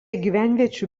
gyvenviečių